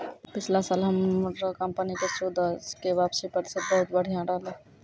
पिछला साल हमरो कंपनी के सूदो के वापसी प्रतिशत बहुते बढ़िया रहलै